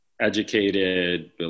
educated